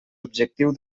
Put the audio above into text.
objectiu